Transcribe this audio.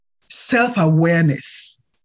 self-awareness